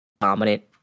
dominant